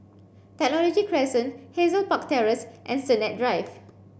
Technology Crescent Hazel Park Terrace and Sennett Drive